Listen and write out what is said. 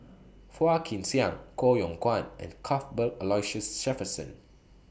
Phua Kin Siang Koh Yong Guan and Cuthbert Aloysius Shepherdson